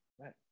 right